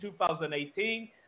2018